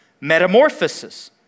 metamorphosis